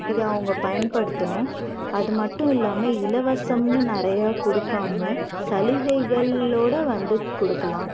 இதை அவங்க பயன்படுத்தணும் அதுமட்டும் இல்லாமல் இலவசம்னு நிறைய கொடுக்காம சலுகைகளோட வந்து கொடுக்கலாம்